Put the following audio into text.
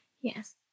Yes